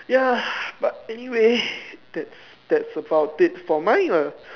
ya but anyway that's that's about it for mine lah